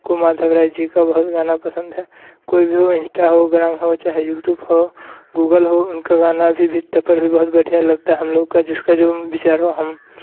को माधव राय जी का बहुत गाना पसंद है कोई भी हो इन्स्टा हो ग्राम हो या यूट्यूब हो गूगल हो उनका गाना अभी भी भी बहुत बढ़िया लगता है हम लोग का जिसका जो विचार हो हम